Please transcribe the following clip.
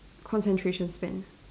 concentration span